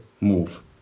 move